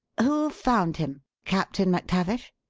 who found him? captain mactavish?